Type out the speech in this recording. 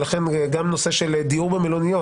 גם הנושא של הדיור במלוניות,